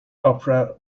opera